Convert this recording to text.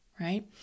Right